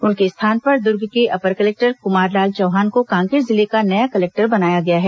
उनके स्थान पर दुर्ग के अपर कलेक्टर कुमार लाल चौहान को कांकेर जिले का नया कलेक्टर बनाया गया है